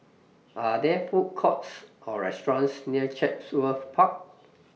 Are There Food Courts Or restaurants near Chatsworth Park